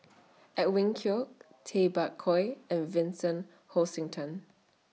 Edwin Koek Tay Bak Koi and Vincent Hoisington